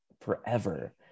forever